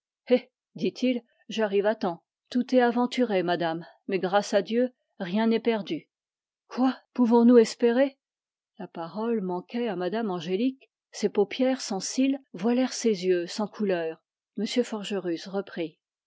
dit-il j'arrive à temps tout est aventuré madame mais grâce à dieu rien n'est perdu quoi pouvons-nous espérer la parole manquait à mme angélique ses paupières sans cils voilèrent ses yeux sans couleur m forgerus reprit